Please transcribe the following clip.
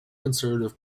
conservative